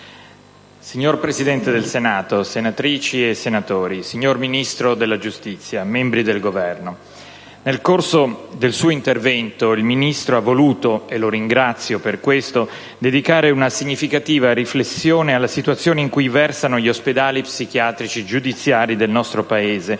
Signor Presidente del Senato, senatrici e senatori, signor Ministro della giustizia, membri del Governo, nel corso del suo intervento il Ministro ha voluto - e lo ringrazio per questo - dedicare una significativa riflessione alla situazione in cui versano gli ospedali psichiatrici giudiziari del nostro Paese,